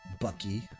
Bucky